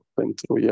pentru